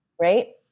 right